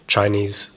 Chinese